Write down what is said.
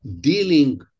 dealing